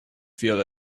feel